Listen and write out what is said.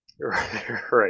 right